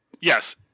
Yes